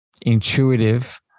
intuitive